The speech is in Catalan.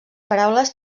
paraules